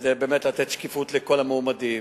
כדי באמת לתת שקיפות לכל המועמדים.